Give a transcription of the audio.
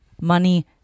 money